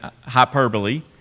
hyperbole